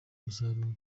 umusaruro